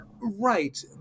Right